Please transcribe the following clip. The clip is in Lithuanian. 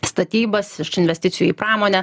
statybas iš investicijų į pramonę